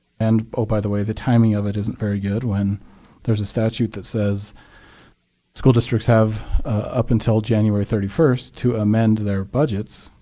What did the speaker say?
and ah by the way, the timing of it isn't very good when there is a statute that says school districts have up until january thirty first to amend their budgets.